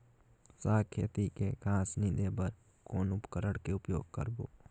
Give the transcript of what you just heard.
साग खेती के घास निंदे बर कौन उपकरण के उपयोग करबो?